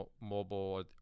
mobile